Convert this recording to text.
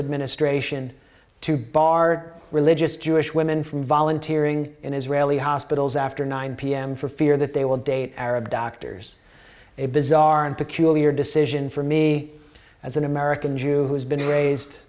administration to bar religious jewish women from volunteer ing in israeli hospitals after nine pm for fear that they will date arab doctors a bizarre and peculiar decision for me as an american jew who has been raised